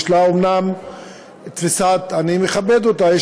אני מכבד אותה,